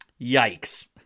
Yikes